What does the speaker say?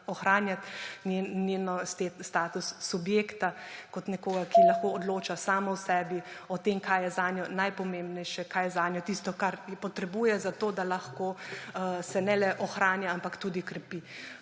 ohranjati njen status subjekta kot nekoga, ki lahko odloča sam o sebi, o tem, kaj je zanjo najpomembnejše, kaj je zanjo tisto, kar potrebuje za to, da lahko se ne le ohranja, ampak tudi krepi.